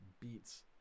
beats